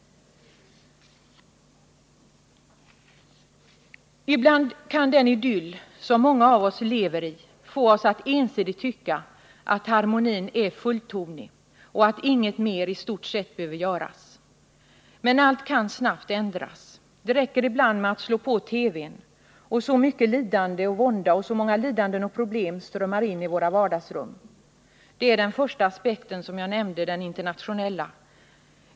Ibland kan den idyll som många av oss lever i få oss att ensidigt tycka att harmonin är fulltonig och att inget mer i stort sett behöver göras. Men allt kan snabbt ändras. Det räcker ibland med att slå på TV-n, och mycket lidande och vånda och många problem strömmar in i våra vardagsrum. Det är den första aspekten jag nämnde, den internationella.